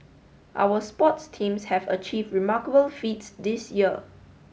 our sports teams have achieved remarkable feats this year